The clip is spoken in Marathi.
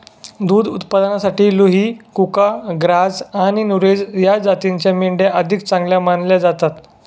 दुध उत्पादनासाठी लुही, कुका, ग्राझ आणि नुरेझ या जातींच्या मेंढ्या अधिक चांगल्या मानल्या जातात